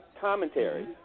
commentary